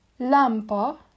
Lampa